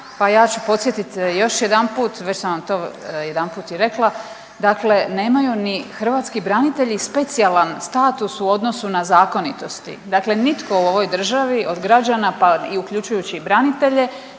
pa ja ću podsjetiti još jedanput već sam vam to jedanput i rekla, dakle nemaju ni hrvatski branitelji specijalan status u odnosu na zakonitosti. Dakle, nitko u ovoj državi od građana pa i uključujući i branitelje